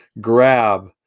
grab